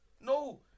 no